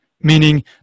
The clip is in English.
meaning